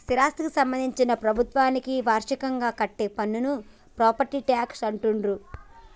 స్థిరాస్థికి సంబంధించి ప్రభుత్వానికి వార్షికంగా కట్టే పన్నును ప్రాపర్టీ ట్యాక్స్ అంటుండ్రు